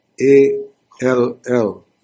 A-L-L